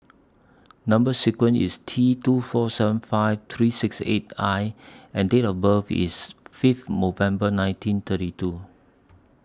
Number sequence IS T two four seven five three six eight I and Date of birth IS Fifth nineteen thirty two